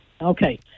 Okay